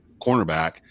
cornerback